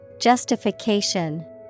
Justification